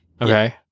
Okay